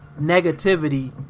negativity